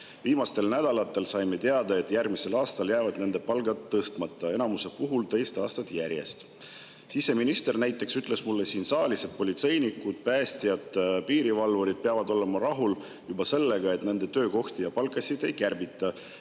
Viimastel nädalatel saime teada, et järgmisel aastal jäävad nende palgad tõstmata ja enamuse puhul teist aastat järjest. Siseminister näiteks ütles mulle siin saalis, et politseinikud, päästjad ja piirivalvurid peavad olema rahul juba sellega, et nende töökohti ja palkasid ei kärbita,